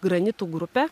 granitų grupę